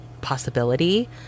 possibility